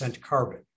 carbon